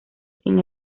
sin